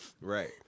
Right